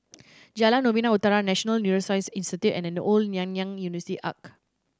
Jalan Novena Utara National Neuroscience Institute and The Old Nanyang University Arch